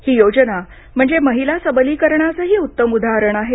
ही योजना म्हणजे महिला सबलीकरणाचंही उत्तम उदाहरण आहे